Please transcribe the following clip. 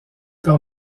par